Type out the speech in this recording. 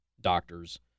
doctors